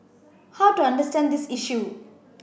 how to understand this issue